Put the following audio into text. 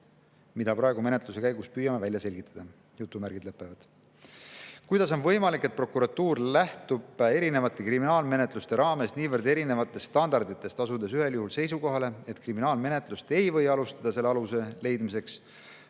mida praeguse menetluse käigus püüame välja selgitada". Kuidas on võimalik, et prokuratuur lähtub erinevate kriminaalmenetluste raames niivõrd erinevatest standarditest, asudes ühel juhul seisukohale, et kriminaalmenetlust ei või alustada sellele aluse leidmiseks,